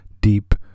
deep